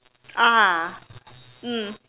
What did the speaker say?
(uh huh) mm